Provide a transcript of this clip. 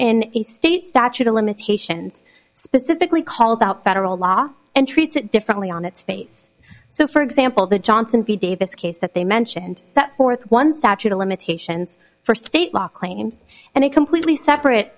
the state statute of limitations specifically calls out federal law and treats it differently on its face so for example the johnson v davis case that they mentioned that one statute of limitations for state law claims and a completely separate